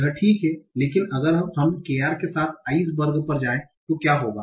यह ठीक है लेकिन अगर हम kr के साथ आइस वर्क पर जाएं तो क्या होगा